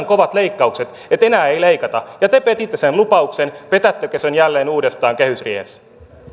kovat leikkaukset että enää ei leikata te petitte sen lupauksen petättekö sen jälleen uudestaan kehysriihessä